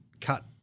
cut